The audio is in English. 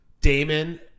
Damon